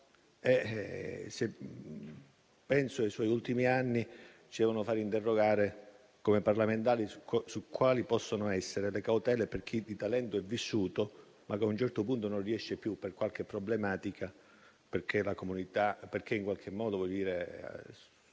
Ottanta. I suoi ultimi anni ci devono fare interrogare come parlamentari su quali possono essere le cautele per chi di talento è vissuto, ma che ad un certo punto non riesce più, per qualche problematica, per problemi sopraggiunti